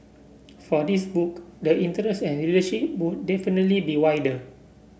for this book the interest and readership would definitely be wider